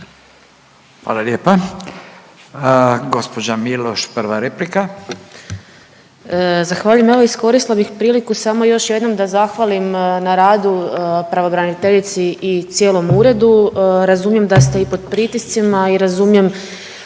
Hvala lijepa. Gospođa Miloš, prva replika.